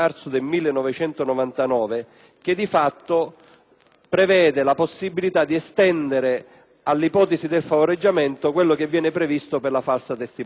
prevede la possibilità di estendere all'ipotesi del favoreggiamento quanto previsto per la falsa testimonianza. Pertanto, la sua preoccupazione, che in teoria